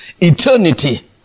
eternity